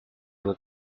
will